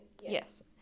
yes